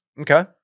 Okay